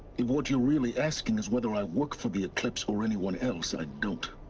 if what you're really asking is whether i work for the eclipse or anyone else, i don't